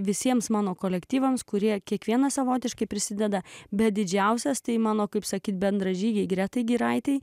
visiems mano kolektyvams kurie kiekvienas savotiškai prisideda bet didžiausias tai mano kaip sakyti bendražygiai gretai giraitėje